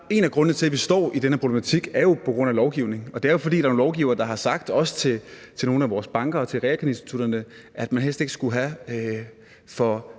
en af grundene til, at vi står i denne problematik, er lovgivningen, og det er jo, fordi der er nogle lovgivere, der har sagt – også til nogle af vores banker og til realkreditinstitutterne – at man helst ikke skulle have for